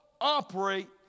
operate